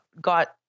got